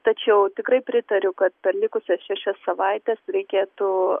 tačiau tikrai pritariu kad per likusias šešias savaites reikėtų